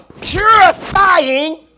purifying